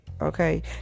okay